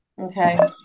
Okay